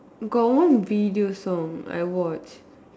got one video song I watch